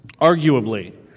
Arguably